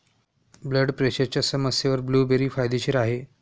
blood प्रेशरच्या समस्येवर blueberry फायदेशीर आहे